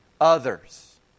others